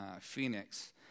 Phoenix